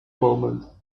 moment